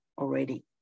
already